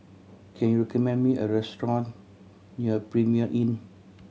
can you recommend me a restaurant near Premier Inn